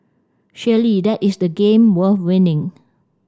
surely that is the game worth winning